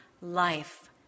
life